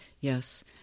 Yes